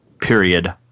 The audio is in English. period